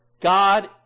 God